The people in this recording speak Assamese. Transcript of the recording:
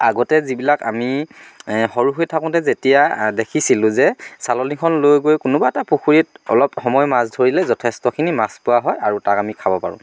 আগতে যিবিলাক আমি সৰু থৈ থাকোঁতে যেতিয়া দেখিছিলোঁ যে চালনীখন লৈ গৈ কোনোবা এটা পুখুৰীত অলপ সময় মাছ ধৰিলে যথেষ্টখিনি মাছ পোৱা হয় আৰু তাক আমি খাব পাৰোঁ